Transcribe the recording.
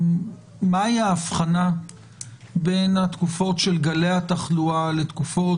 מהי ההבחנה בין התקופות של גלי התחלואה לתקופות